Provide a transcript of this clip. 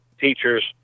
teachers